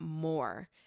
more